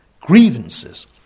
grievances